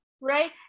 right